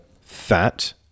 fat